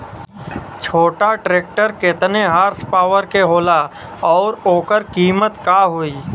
छोटा ट्रेक्टर केतने हॉर्सपावर के होला और ओकर कीमत का होई?